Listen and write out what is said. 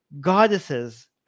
goddesses